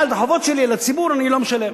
אבל את החובות שלי לציבור אני לא משלם.